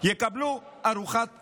יקבלו ארוחת צוהריים.